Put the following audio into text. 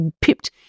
pipped